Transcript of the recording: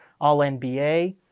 All-NBA